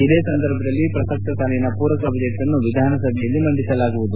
ಇದೇ ಸಂದರ್ಭದಲ್ಲಿ ಪ್ರಸಕ್ತ ಸಾಲಿನ ಪೂರಕ ಬಜೆಟ್ ಅನ್ನೂ ವಿಧಾನಸಭೆಯಲ್ಲಿ ಮಂಡಿಸಲಾಗುವುದು